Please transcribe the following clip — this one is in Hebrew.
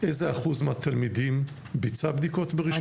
איזה אחוז מהתלמידים ביצע בדיקות בראשון?